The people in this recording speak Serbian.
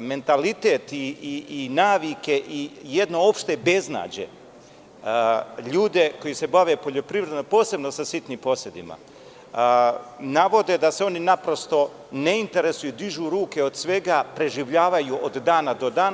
mentalitet i navike i jedno opšte beznađe, ljude koji se bave poljoprivredom, a posebno sa sitnim posedima, navode da se oni naprosto ne interesuju, dižu ruke od svega, preživljavaju od dana do dana.